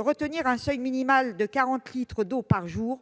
retenir un seuil minimal de 40 litres d'eau par jour,